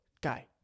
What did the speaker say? guy